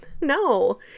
No